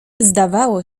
zdawało